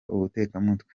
ubutekamutwe